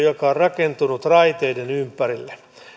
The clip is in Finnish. joka on rakentunut raiteiden ympärille